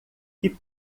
que